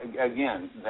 again